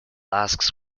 asks